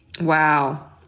Wow